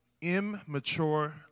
Immature